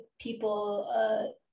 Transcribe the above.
people